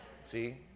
See